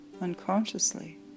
unconsciously